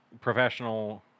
professional